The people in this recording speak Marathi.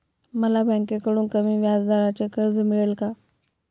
मला बँकेकडून कमी व्याजदराचे कर्ज मिळेल का?